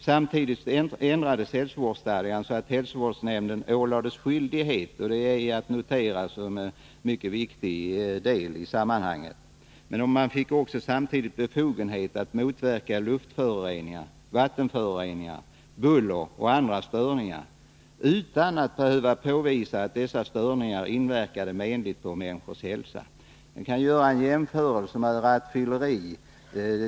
Samtidigt ändrades hälsovårdsstadgan så att hälsovårdsnämnden ålades skyldighet — det är att notera som en mycket viktig deli sammanhanget — men samtidigt fick befogenhet att motverka luftföroreningar, vattenföro reningar, buller och andra störningar utan att behöva påvisa att dessa störningar inverkade menligt på människors hälsa. Vi kan göra en jämförelse med rattfylleri.